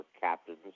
captains